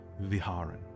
Viharin